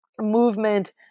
movement